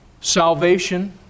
salvation